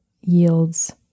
yields